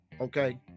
Okay